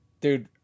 dude